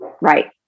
Right